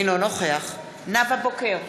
אינו נוכח נאוה בוקר,